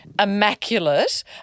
immaculate